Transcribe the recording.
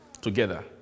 together